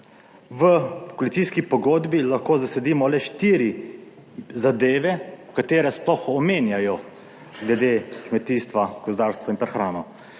V koalicijski pogodbi lahko zasledimo le štiri zadeve, katere sploh omenjajo glede kmetijstva, gozdarstva in prehrane,